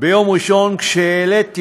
ביום ראשון כשהעליתי